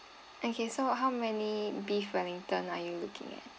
okay so how many beef wellington are you looking at